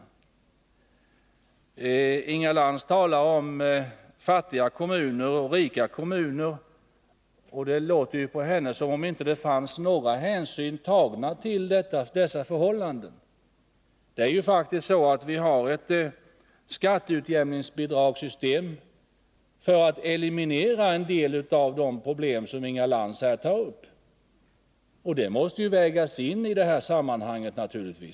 Inga Lantz talade om fattiga kommuner och rika kommuner. Det lät på henne som om man inte hade tagit några hänsyn till dessa förhållanden. Vi har ett skatteutjämningsbidragssystem för att eliminera en del av de problem som Inga Lantz här tog upp. Det måste naturligtvis vägas in i detta sammanhang.